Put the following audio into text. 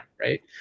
right